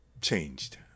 changed